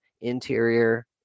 Interior